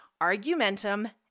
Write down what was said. argumentum